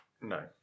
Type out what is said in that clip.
No